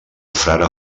frare